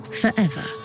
forever